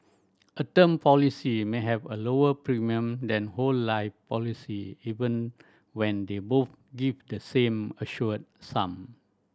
a term policy may have a lower premium than whole life policy even when they both give the same assured sum